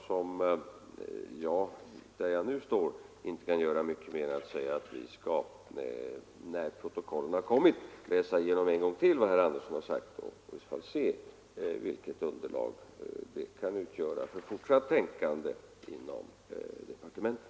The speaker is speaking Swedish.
Jag kan dock just nu inte säga mycket annat än att vi när protokollet har kommit skall läsa igenom vad herr Andersson sagt och se vilket underlag det kan ge för fortsatt tänkande inom departementet.